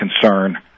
concern